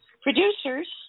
producers